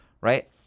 right